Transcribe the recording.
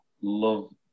love